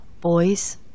boys